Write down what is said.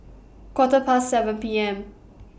Quarter Past seven P M